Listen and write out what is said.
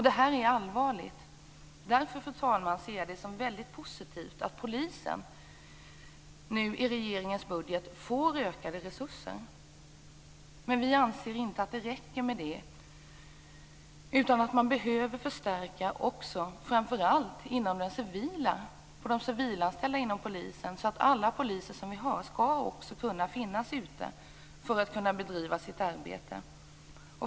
Detta är allvarligt. Därför ser jag det som väldigt positivt att polisen i regeringens budget nu får ökade resurser. Men vi anser inte att det är tillräckligt. Man behöver också förstärka framför allt när det gäller de civilanställda inom polisen, så att alla poliser skall kunna finnas ute och bedriva sitt arbete.